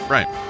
Right